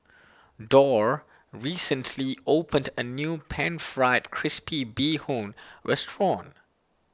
Dorr recently opened a new Pan Fried Crispy Bee Hoon restaurant